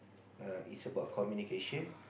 err is about communication